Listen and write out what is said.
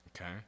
okay